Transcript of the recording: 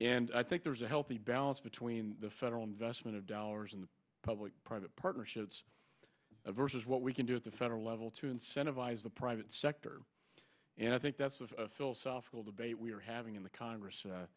and i think there's a healthy balance between the federal investment of dollars in the public private partnerships versus what we can do at the federal level to incentivize the private sector and i think that's a philosophical debate we're having in the congress